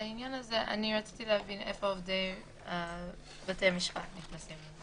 לעניין הזה רציתי להבין איפה עובדי בתי המשפט נכנסים.